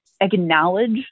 acknowledge